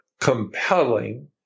compelling